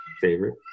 favorite